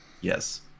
Yes